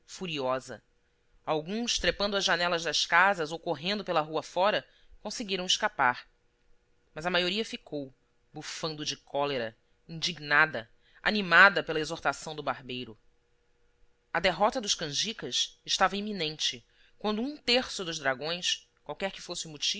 furiosa alguns trepando às janelas das casas ou correndo pela rua fora conseguiram escapar mas a maioria ficou bufando de cólera indignada animada pela exortação do barbeiro a derrota dos canjicas estava iminente quando um terço dos dragões qualquer que fosse